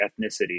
ethnicity